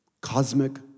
Cosmic